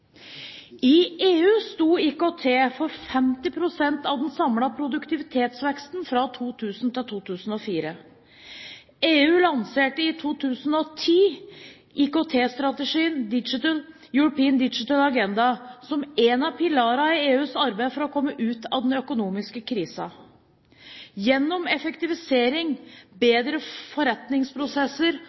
I EU sto IKT for 50 pst. av den samlede produktivitetsveksten fra 2000 til 2004. EU lanserte i 2010 IKT-strategien European Digital Agenda som én av pilarene i EUs arbeid for å komme ut av den økonomiske krisen. Gjennom effektivisering, bedre forretningsprosesser